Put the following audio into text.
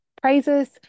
praises